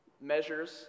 measures